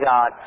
God